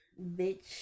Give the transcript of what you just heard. bitch